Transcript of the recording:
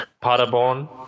Paderborn